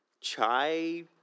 chai